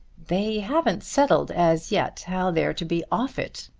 they haven't settled as yet how they're to be off it,